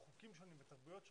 לחוקים שונים ותרבויות שונות,